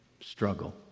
struggle